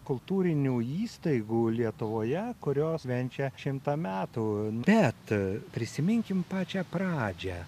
kultūrinių įstaigų lietuvoje kurios švenčia švenčia metų bet prisiminkim pačią pradžią